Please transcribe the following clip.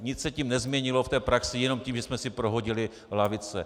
Nic se tím nezměnilo v té praxi jenom tím, že jsme si prohodili lavice.